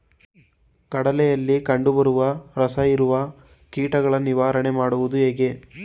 ಕಡಲೆಯಲ್ಲಿ ಕಂಡುಬರುವ ರಸಹೀರುವ ಕೀಟಗಳ ನಿವಾರಣೆ ಮಾಡುವುದು ಹೇಗೆ?